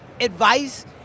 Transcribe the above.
advice